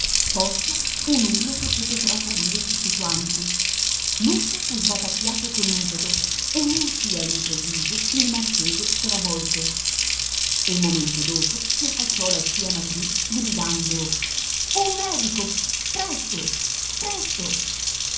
poscia un urlo che fece trasalire tutti quanti l'uscio fu sbatacchiato con impeto e ne uscì all'improvviso il marchese stravolto un momento dopo si affacciò la zia macrì gridando un medico presto presto